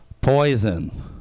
poison